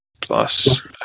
Plus